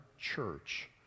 church